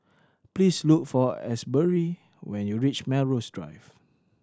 please look for Asbury when you reach Melrose Drive